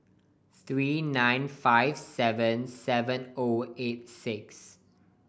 three nine five seven seven O eight six